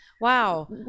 Wow